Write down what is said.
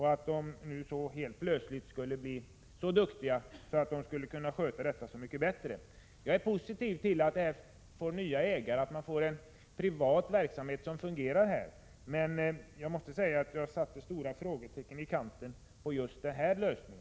Man undrar då om dessa personer blivit så mycket duktigare att de nu kan sköta företaget mycket bättre. Jag är positiv till att det blir nya ägare och till att man får en privat verksamhet som fungerar, men jag måste säga att jag satte stora frågetecken i kanten för just denna lösning.